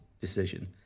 decision